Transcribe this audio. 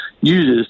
uses